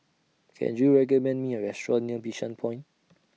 Can YOU recommend Me A Restaurant near Bishan Point